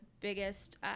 biggest